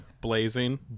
Blazing